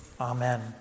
Amen